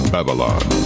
Babylon